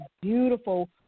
beautiful